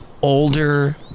older